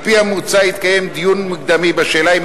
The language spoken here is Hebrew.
על-פי המוצע יתקיים דיון מקדמי בשאלה אם